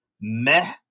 meh